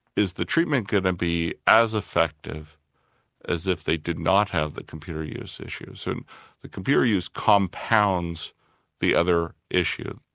is the treatment going to be as effective as if they did not have the computer use issue? so and the computer use compounds the other issue.